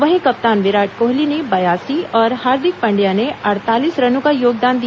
वहीं कप्तान विराट कोहली ने बयासी और हार्दिक पांडया ने अड़तालीस रनों का योगदान दिया